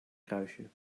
kruisje